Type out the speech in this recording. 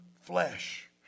flesh